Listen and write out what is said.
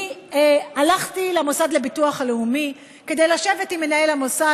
אני הלכתי למוסד לביטוח הלאומי כדי לשבת עם מנהל המוסד,